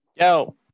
Yo